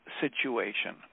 situation